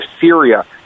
Syria